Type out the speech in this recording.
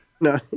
no